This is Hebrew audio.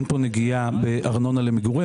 אין כאן נגיעה בארנונה למגורים.